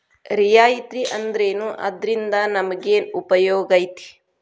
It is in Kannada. ರಿಯಾಯಿತಿ ಅಂದ್ರೇನು ಅದ್ರಿಂದಾ ನಮಗೆನ್ ಉಪಯೊಗೈತಿ?